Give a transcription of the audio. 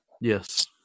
yes